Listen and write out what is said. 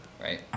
Right